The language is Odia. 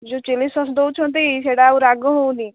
ଯେଉଁ ଚିଲି ସସ୍ ଦେଉଛନ୍ତି ସେଇଟା ଆଉ ରାଗ ହେଉନି